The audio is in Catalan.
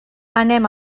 anem